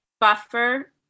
buffer